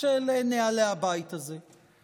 של נוהלי הבית הזה.